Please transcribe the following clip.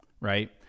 right